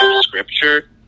scripture